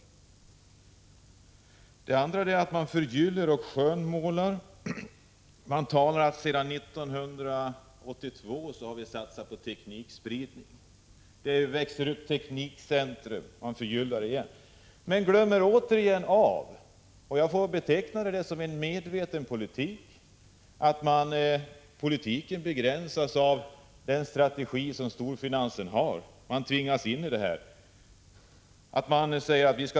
Vidare förgyller och skönmålar socialdemokraterna, bl.a. genom att säga att det sedan 1982 har gjorts satsningar på teknikspridning och växt upp teknikcentra. De glömmer återigen — jag betecknar det som en medveten politik — att politiken begränsas av storfinansens strategi.